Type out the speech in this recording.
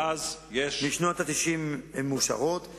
מאז, יש, הן מאושרות משנות ה-90.